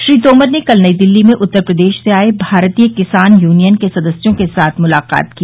श्री तोमर ने कल नई दिल्ली में उत्तर प्रदेश से आए भारतीय किसान यूनियन के सदस्यों के साथ मुलाकात की